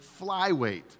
flyweight